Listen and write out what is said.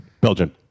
Belgian